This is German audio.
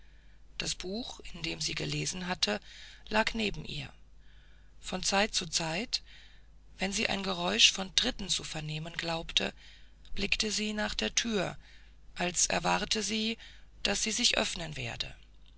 das buch in dem sie gelesen hatte lag neben ihr von zeit zu zeit wenn sie ein geräusch von tritten zu vernehmen glaubte blickte sie nach der tür als erwartete sie daß sie sich öffnen werde